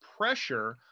pressure